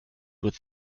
with